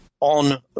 on